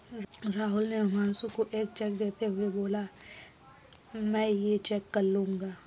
राहुल ने हुमांशु को एक चेक देते हुए बोला कि मैं ये चेक कल लूँगा